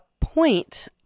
point